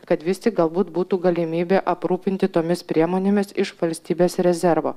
kad vis tik galbūt būtų galimybė aprūpinti tomis priemonėmis iš valstybės rezervo